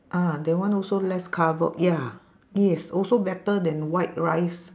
ah that one also less carbo ya yes also better than white rice